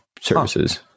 services